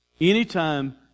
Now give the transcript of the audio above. Anytime